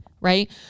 right